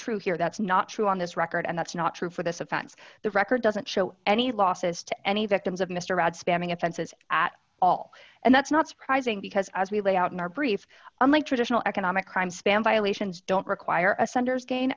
true here that's not true on this record and that's not true for this offense the record doesn't show any losses to any victims of mr rudd spamming offenses at all and that's not surprising because as we lay out in our brief unlike traditional economic crimes spam violations don't require a sunders gain